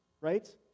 right